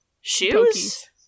Shoes